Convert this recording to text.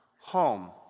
home